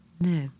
No